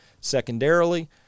secondarily